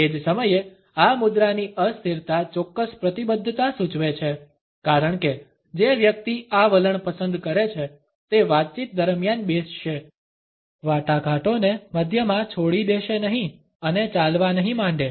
તે જ સમયે આ મુદ્રાની અસ્થિરતા ચોક્કસ પ્રતિબદ્ધતા સૂચવે છે કારણ કે જે વ્યક્તિ આ વલણ પસંદ કરે છે તે વાતચીત દરમિયાન બેસશે વાટાઘાટોને મધ્યમાં છોડી દેશે નહીં અને ચાલવા નહીં માંડે